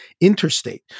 interstate